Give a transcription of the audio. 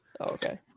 Okay